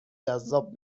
جذاب